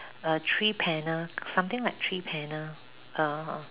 a three panel something like three panel uh